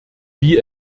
wie